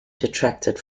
distracted